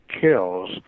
kills